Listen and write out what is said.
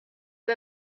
you